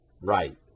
Right